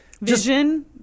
Vision